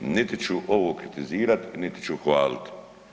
Niti ću ovo kritizirati niti ću hvaliti.